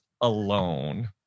alone